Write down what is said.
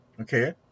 Okay